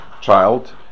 child